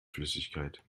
flüssigkeit